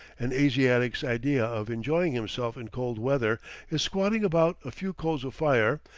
an asiatic's idea of enjoying himself in cold weather is squatting about a few coals of fire,